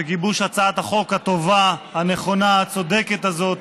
בגיבוש הצעת החוק הטובה, הנכונה, הצודקת הזאת,